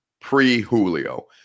pre-Julio